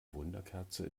wunderkerze